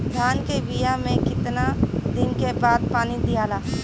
धान के बिया मे कितना दिन के बाद पानी दियाला?